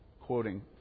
quoting